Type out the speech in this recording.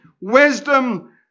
wisdom